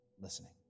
listening